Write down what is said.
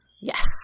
Yes